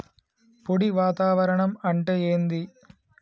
పొడి వాతావరణం అంటే ఏంది?